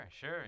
sure